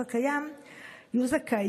המתוקן ייתן מענה לשינויים שחלו ממועד חקיקת